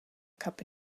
cup